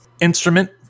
instrument